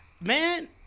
Man